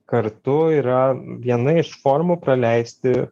kartu yra viena iš formų praleisti